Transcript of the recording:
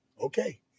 Okay